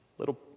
little